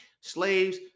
Slaves